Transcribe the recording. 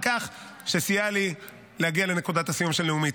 על כך שסייע לי להגיע לנקודת הסיום של נאומי.